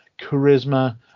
charisma